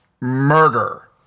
Murder